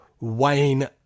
Wayne